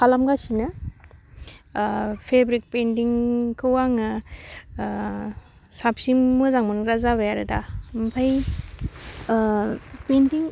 खालामगासिनो फेब्रिक पेइन्टिंखौ आङो साबसिन मोजां मोनग्रा जाबाय आरो दा ओमफाय पेइन्टिं